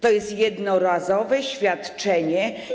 To jest jednorazowe świadczenie.